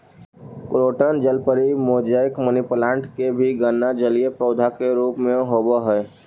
croton जलपरी, mosaic, money plant के भी गणना जलीय पौधा के रूप में होवऽ हइ